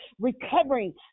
Recovering